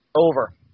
Over